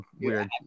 weird –